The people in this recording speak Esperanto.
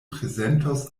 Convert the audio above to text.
prezentos